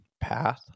path